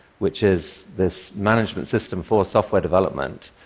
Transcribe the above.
which is this management system for software development.